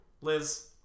liz